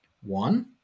One